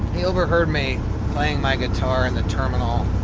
he overheard me playing my guitar in the terminal,